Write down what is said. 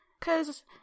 Cause